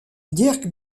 dirk